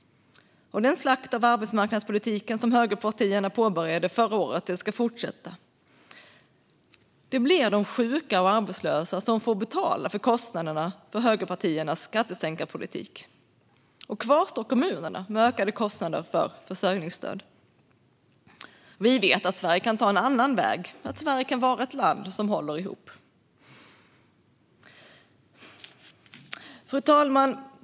Den slakt av arbetsmarknadspolitiken som högerpartierna påbörjade förra året ska fortsätta. Det blir de sjuka och arbetslösa som får betala för kostnaderna för högerpartiernas skattesänkarpolitik. Kvar står kommunerna med ökade kostnader för försörjningsstöd. Vi vet att Sverige kan ta en annan väg och vara ett land som håller ihop. Fru talman!